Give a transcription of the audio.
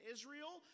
Israel